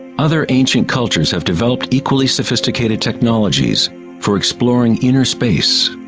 other ancient cultures have developed equally sophisticated technologies for exploring inner space.